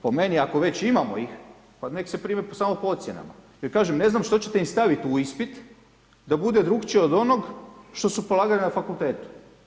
Po meni, ako već imamo ih, pa nek se prime samo po ocjenama jer kažem, ne znam, što ćete im staviti u ispit da bude drukčije od onog što su polagali na fakultetu.